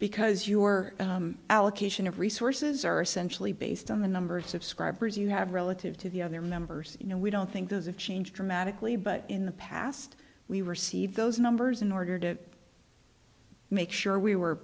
because your allocation of resources are essentially based on the number of subscribers you have relative to the other members you know we don't think those have changed dramatically but in the past we received those numbers in order to make sure we were